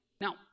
Now